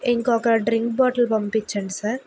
ఇంకొక drink bottle పంపిచ్చండి sir